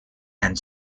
and